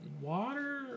water